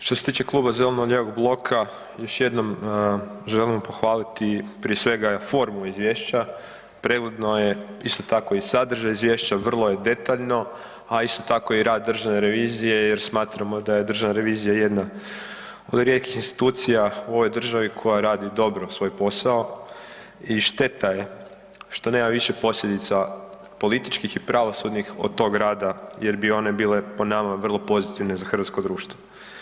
Što se tiče kluba zeleno-lijevog bloka, još jednom želim pohvaliti prije svega formu izvješća, pregledno je, isto tako i sadržaj izvješća, vrlo je detaljno a isto tako i rad Državne revizije jer smatramo da je Državna revizija jedna od rijetkih institucija u ovoj državi koja radi dobro svoj posao i šteta je što nema više posljedica političkih i pravosudnih od tog rada jer bi one bile po nama vrlo pozitivne za hrvatsko društvo.